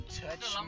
touch